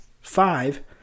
Five